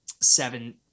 seven